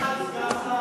יש תשובה אחת: